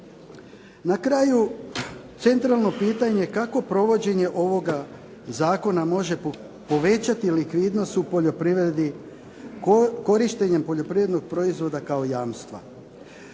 Na kraju centralno pitanje kako provođenje ovoga zakona može povećati likvidnost u poljoprivredi korištenjem poljoprivrednog proizvoda kao jamstva.